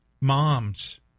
moms